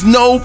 no